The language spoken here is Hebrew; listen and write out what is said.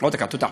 עוד דקה, תודה.